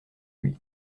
lui